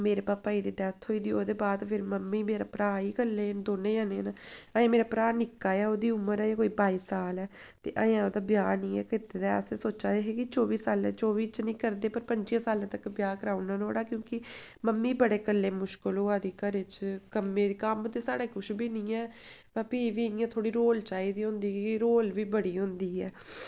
मेरे पापा जी दी डैत्थ होई दी ओह्दे बाद फिर मम्मी मेरा भ्रा गै कल्ले न दौनें जनें न अजें मेरा भ्रा निक्का ऐ ओह्दी उमर अजें कोई बाई साल ऐ ते अजें ओह्दा ब्याह् निं ऐ कीते दा ऐ असें सोच्चे दा ऐ चौबी साल्लें च चौबी च निं करदे पर पं'ज्जियें साल्लें तक्कर ब्याह् कराऽ उड़ना नुआढ़ा असें क्योंकि मम्मी गी बी बड़ी मुश्कल होआ दी घरै च कम्मै दी कम्म ते साढ़े किश बी निं है पर भी बी इ'यां थोह्ड़ी र्होल चाहिदी होंदी ऐ की कि र्होल बी बड़ी होंदी ऐ